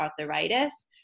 arthritis